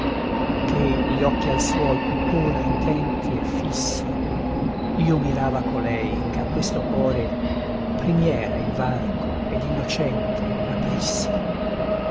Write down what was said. che gli occhi al suol tuttora intenti e fissi io mirava colei ch'a questo core primiera il varco ed innocente aprissi